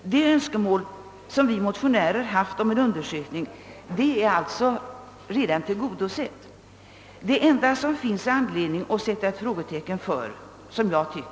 Det av oss motionärer framförda önskemålet om en undersökning är alltså redan tillgodosett. Det enda som det finns anledning att ställa sig frågande inför är enligt min.